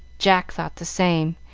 jack thought the same,